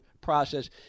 process